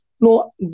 No